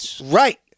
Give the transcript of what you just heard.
Right